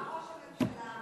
מה ראש הממשלה אמר?